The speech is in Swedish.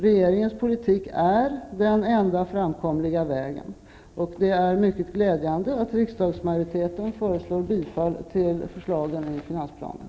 Regeringens politik är den enda framkomliga vägen. Det är mycket glädjande att riksdagsmajoriteten föreslår bifall till förslagen i finansplanen.